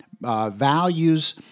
values